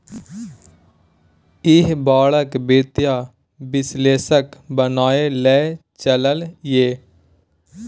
ईह बड़का वित्तीय विश्लेषक बनय लए चललै ये